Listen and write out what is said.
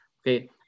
Okay